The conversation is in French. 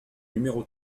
numéro